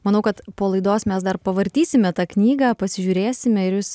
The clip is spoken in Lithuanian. manau kad po laidos mes dar pavartysime tą knygą pasižiūrėsime ir jūs